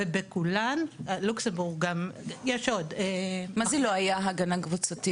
ובכולן --- מה זה אומר שלא הייתה הגנה קבוצתית?